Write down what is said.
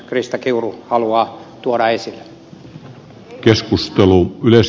krista kiuru haluaa tuoda esille